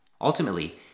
Ultimately